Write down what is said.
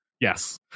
Yes